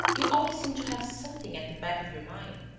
you always seem to have something at the back of your mind.